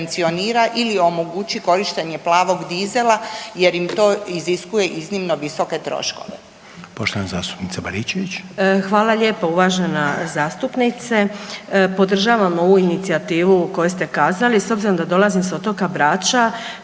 ili omogući korištenje plavog dizela jer im to iziskuje iznimno visoke troškove.